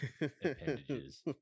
appendages